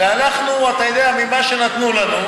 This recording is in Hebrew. ואנחנו, אתה יודע, ממה שנתנו לנו,